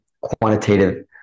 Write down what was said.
quantitative